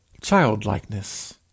childlikeness